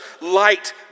light